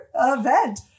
event